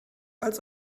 als